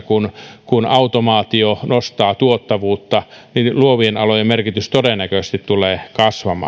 kun tulevaisuudessa automaatio nostaa tuottavuutta luovien alojen merkitys todennäköisesti tulee kasvamaan